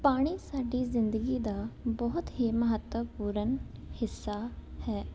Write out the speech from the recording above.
ਪਾਣੀ ਸਾਡੀ ਜ਼ਿੰਦਗੀ ਦਾ ਬਹੁਤ ਹੀ ਮਹੱਤਵਪੂਰਨ ਹਿੱਸਾ ਹੈ